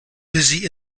busy